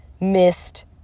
missed